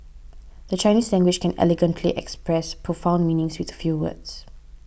the Chinese language can elegantly express profound meanings with few words